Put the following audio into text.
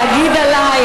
להגיד עליי,